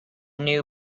new